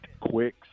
quick